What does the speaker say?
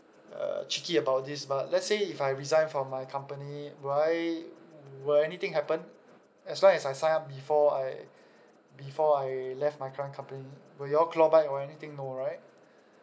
uh tricky about this but let's say if I resign from my company would I will anything happen as long as I sign up before I before I left my current company will you all claw back or anything no right